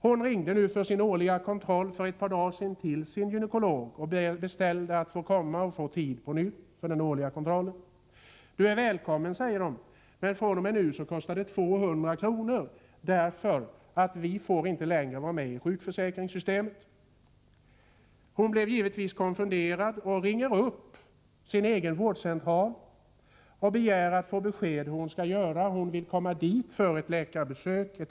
Hon ringde dit för ett par dagar sedan för att beställa tid för sin årliga kontroll. Du är välkommen, blev svaret, men från och med nu kostar det 200 kr., eftersom vi inte längre får vara med i sjukförsäkringssystemet. Kvinnan blev givetvis konfunderad. Hon ringde till sin egen vårdcentral och begärde besked om hur hon skulle göra. Hon vill komma dit för ett rutinbesök.